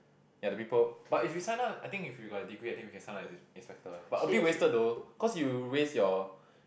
ya the people but if you sign up I think if you got the degree I think we can sign up as inspector but a bit wasted though cause you waste your